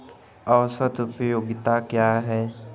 औसत उपयोगिता क्या है?